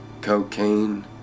cocaine